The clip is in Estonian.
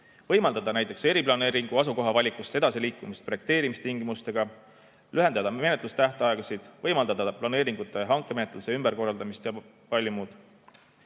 võimaldada eriplaneeringu asukohavalikust edasiliikumist projekteerimistingimustega, lühendada menetlustähtaegasid, võimaldada planeeringute ja hankemenetluse ümberkorraldamist ning palju muudki.